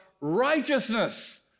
righteousness